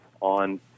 on